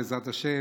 בעזרת השם,